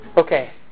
Okay